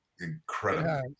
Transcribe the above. Incredible